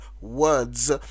words